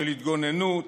של התגוננות,